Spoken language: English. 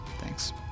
Thanks